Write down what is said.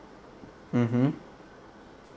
mmhmm